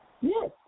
Yes